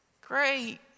great